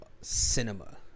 cinema